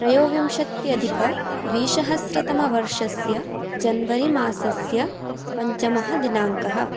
त्रयोविंशत्यधिक द्विसहस्रतमवर्षस्य जन्वरि मासस्य पञ्चमः दिनाङ्कः